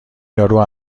یارو